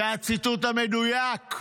זה הציטוט המדויק.